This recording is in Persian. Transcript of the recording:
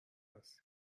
هستی